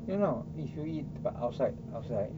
you know if you eat but outside outside